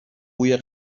بوی